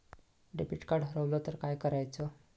Debit card हरवल तर काय करायच?